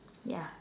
ya